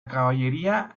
caballería